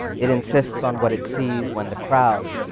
it insists on what it sees when the crowd,